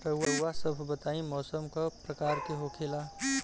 रउआ सभ बताई मौसम क प्रकार के होखेला?